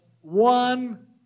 one